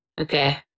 Okay